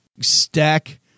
stack